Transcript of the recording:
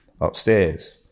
upstairs